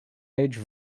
age